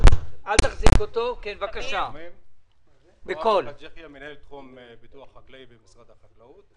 אני מנהל תחום פיתוח חקלאי במשרד החקלאות.